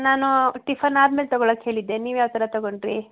ನಾನು ಟಿಫನ್ ಆದ್ಮೇಲೆ ತಗೊಳಕ್ಕೆ ಹೇಳಿದ್ದೆ ನೀವು ಯಾವ ಥರ ತೊಗೊಂಡ್ರಿ